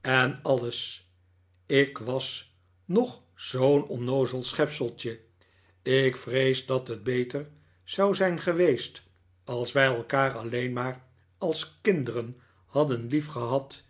en alles ik was nog zoo'n onnoozel schepseltje ik vrees dat het beter zou zijn geweest als wij elkaar alleen maar als kinderen hadden liefgehad